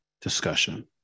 discussion